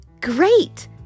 Great